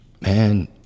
man